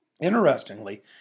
Interestingly